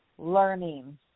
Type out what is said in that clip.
learning